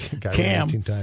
Cam